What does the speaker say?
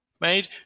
made